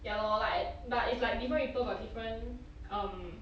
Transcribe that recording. ya lor like but it's like different people got different um